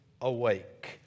awake